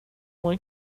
one